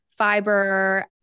fiber